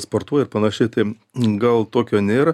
sportuoja ir panašiai tai gal tokio nėr